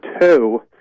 two